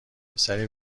پسری